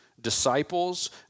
disciples